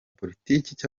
politiki